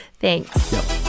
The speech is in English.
Thanks